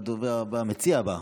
המציע הבא,